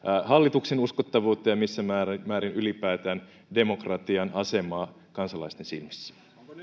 hallituksen uskottavuutta ja missä määrin määrin ylipäätään demokratian asemaa kansalaisten silmissä